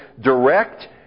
direct